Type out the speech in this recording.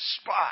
spot